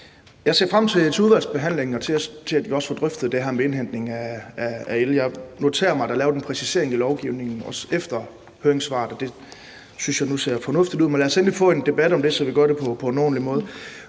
Jeg ser frem til udvalgsbehandlingen og til, at vi også får drøftet det her med indhentning af el. Jeg noterer mig, at der er lavet en præcisering af lovgivningen, efter høringssvaret er kommet, og det synes jeg nu ser fornuftigt ud. Men lad os endelig få en debat om det, så vi gør det på en ordentlig måde.